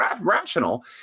rational